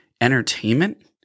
entertainment